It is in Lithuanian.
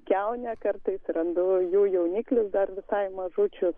kiaunė kartais randu jų jauniklius dar visai mažučius